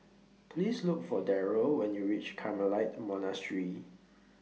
Please Look For Daryl when YOU REACH Carmelite Monastery